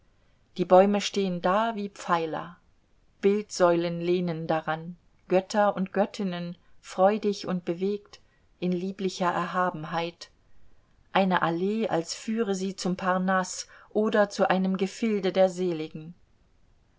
die bäume stehen da wie pfeiler bildsäulen lehnen daran götter und göttinnen freudig und bewegt in lieblicher erhabenheit eine allee als führe sie zum parnaß oder zu einem gefilde der seligen